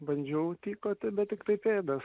bandžiau tykoti bet tiktai pėdas